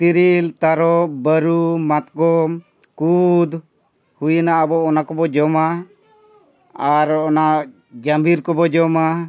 ᱛᱤᱨᱤᱞ ᱛᱟᱨᱚᱵ ᱵᱟᱹᱨᱩ ᱢᱟᱛᱠᱚᱢ ᱠᱩᱫᱽ ᱦᱩᱭᱮᱱᱟ ᱟᱵᱚ ᱚᱱᱟ ᱠᱚᱵᱚ ᱡᱚᱢᱟ ᱟᱨ ᱚᱱᱟ ᱡᱟᱢᱵᱤᱨ ᱠᱚᱵᱚ ᱡᱚᱢᱟ